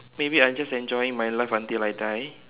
maybe I just enjoying my life until I die